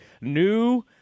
new